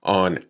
on